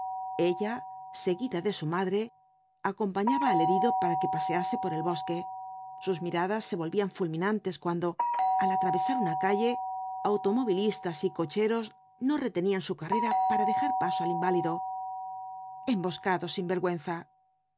ella seguida de su madre acompañaba al herido para que pasease por el bosque sus mirada se volvían fulminantes cuando al atravesar una calle automovilistas y cocheros no retenían su carrera para dejar paso al inválido emboscados sin vergüenza